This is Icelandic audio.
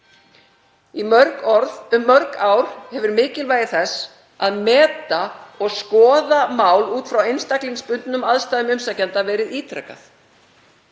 Í mörg ár hefur mikilvægi þess að meta og skoða mál út frá einstaklingsbundnum aðstæðum umsækjenda verið ítrekað.